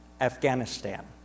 Afghanistan